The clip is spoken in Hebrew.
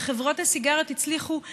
וחברות הסיגריות הצליחו "להשביח"